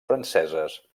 franceses